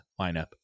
lineup